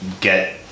get